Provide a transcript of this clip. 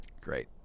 great